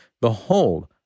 Behold